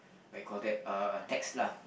what you call that uh text lah